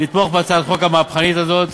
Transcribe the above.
לתמוך בהצעת החוק המהפכנית הזאת,